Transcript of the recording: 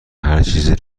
هرچیزی